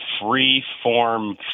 free-form